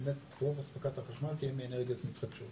באמת רוב אספקת החשמל תהיה מאנרגיות מתחדשות.